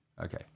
Okay